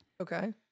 Okay